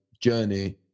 journey